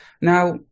Now